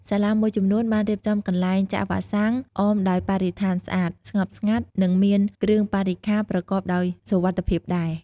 សាលាមួយចំនួនបានរៀបចំកន្លែងចាក់វ៉ាក់សាំងអមដោយបរិស្ថានស្អាត ស្ងប់ស្ងាត់ និងមានគ្រឿងបរិក្ខារប្រកបដោយសុវត្ថិភាពដែរ។